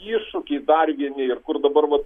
iššūkiai dar vieni ir kur dabar va